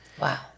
Wow